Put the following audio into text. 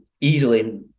Easily